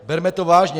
Berme to vážně.